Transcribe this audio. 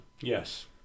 Yes